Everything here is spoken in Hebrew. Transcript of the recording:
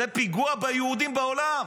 זה פיגוע ביהודים בעולם.